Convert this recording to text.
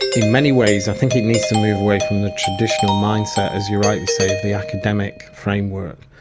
in many ways i think it needs to move away from the traditional mindset, as you rightly say, of the academic framework.